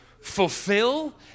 fulfill